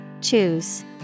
Choose